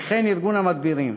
וכן ארגון המדבירים.